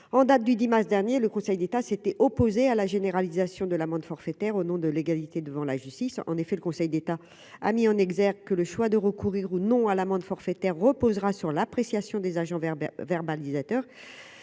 en date du 10 mars dernier, le Conseil d'État s'étaient opposés à la généralisation de l'amende forfaitaire au nom de l'égalité devant la justice, en effet, le Conseil d'État a mis en exergue que le choix de recourir ou non à l'amende forfaitaire reposera sur l'appréciation des agents Werber verbalisateur,